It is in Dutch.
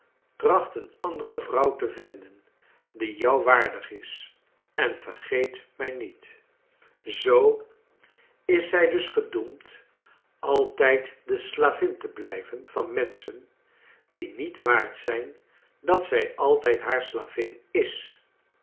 tracht een andere vrouw te vinden die jou waardig is en vergeet mij niet zoo is zij i dus gedoemd altijd de slavin te blijven van menschen die niet waard zijn dat zij altijd haar slavin i